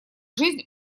жизнь